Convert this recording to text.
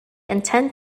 intent